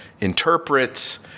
interprets